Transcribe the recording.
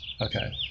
Okay